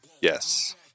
Yes